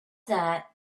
that